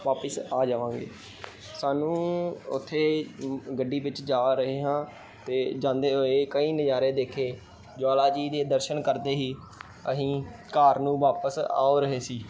ਵਾਪਿਸ ਆ ਜਾਵਾਂਗੇ ਸਾਨੂੰ ਉੱਥੇ ਗੱਡੀ ਵਿੱਚ ਜਾ ਰਹੇ ਹਾਂ ਅਤੇ ਜਾਂਦੇ ਹੋਏ ਕਈ ਨਜ਼ਾਰੇ ਦੇਖੇ ਜੁਆਲਾ ਜੀ ਦੇ ਦਰਸ਼ਨ ਕਰਦੇ ਹੀ ਅਸੀਂ ਘਰ ਨੂੰ ਵਾਪਿਸ ਆ ਰਹੇ ਸੀ